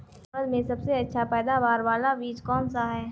उड़द में सबसे अच्छा पैदावार वाला बीज कौन सा है?